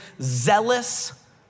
zealous